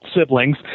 siblings